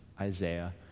Isaiah